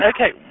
Okay